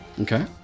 Okay